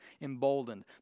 emboldened